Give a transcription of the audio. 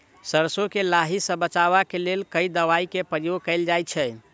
सैरसो केँ लाही सऽ बचाब केँ लेल केँ दवाई केँ प्रयोग कैल जाएँ छैय?